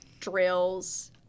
Drills